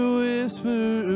whisper